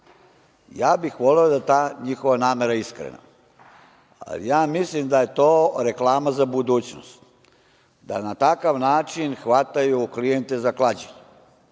bih voleo da je ta njihova namera iskrena, ali ja mislim da je to reklama za budućnost, da na takav način hvataju klijente za klađenje.